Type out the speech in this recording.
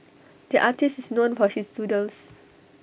the artist is known for his doodles